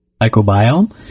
microbiome